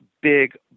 big